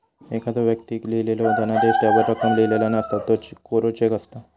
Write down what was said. एखाद्दो व्यक्तीक लिहिलेलो धनादेश त्यावर रक्कम लिहिलेला नसता, त्यो कोरो चेक असता